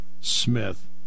Smith